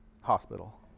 Hospital